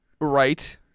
Right